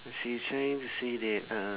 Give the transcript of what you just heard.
so you're trying to say that uh